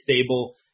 stable